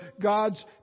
God's